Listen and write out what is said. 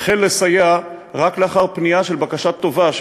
החל לסייע רק לאחר פנייה של בקשת טובה של